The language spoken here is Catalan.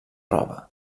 roba